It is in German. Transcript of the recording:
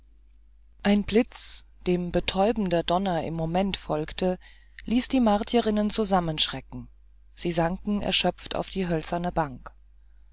ein blitz dem betäubender donner im moment folgte ließ die martierinnen zusammenschrecken sie sanken erschöpft auf die hölzerne bank